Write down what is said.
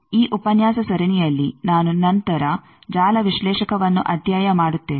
ಈ ಉಪನ್ಯಾಸ ಸರಣಿಯಲ್ಲಿ ನಾನು ನಂತರ ಜಾಲ ವಿಶ್ಲೇಷಕವನ್ನು ಅಧ್ಯಯನ ಮಾಡುತ್ತೇವೆ